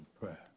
prayer